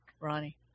Ronnie